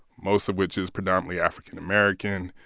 most of which is predominantly african-american.